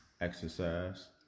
exercise